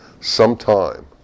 sometime